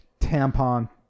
Tampon